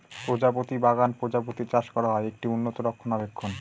প্রজাপতি বাগান প্রজাপতি চাষ করা হয়, একটি উন্নত রক্ষণাবেক্ষণ